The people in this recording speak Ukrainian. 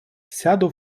сяду